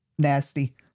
Nasty